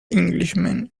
englishman